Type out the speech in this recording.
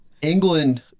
England